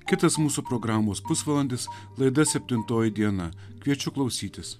kitas mūsų programos pusvalandis laida septintoji diena kviečiu klausytis